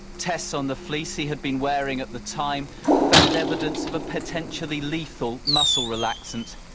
tests on the fleece he had been wearing at the time found evidence of a potentially lethal muscle relaxant.